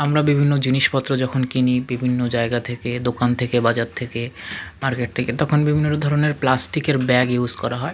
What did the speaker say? আমরা বিভিন্ন জিনিসপত্র যখন কিনি বিভিন্ন জায়গা থেকে দোকান থেকে বাজার থেকে মার্কেট থেকে তখন বিভিন্ন ধরনের প্লাস্টিকের ব্যাগ ইউজ করা হয়